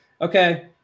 Okay